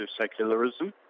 secularism